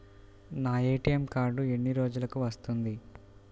నా ATM card ఎన్ని రోజులకు వస్తుంది?